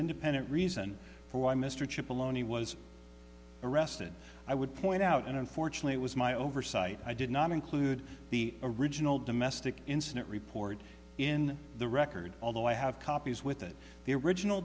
independent reason for why mr chip alone he was arrested i would point out and unfortunately it was my oversight i did not include the original domestic incident report in the record although i have copies with it the original